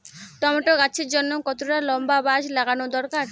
Tomato গাছের জন্যে কতটা লম্বা বাস লাগানো দরকার?